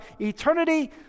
eternity